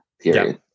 Period